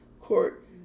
court